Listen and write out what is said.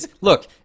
look